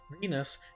Venus